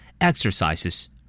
Exercises